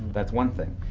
that's one thing.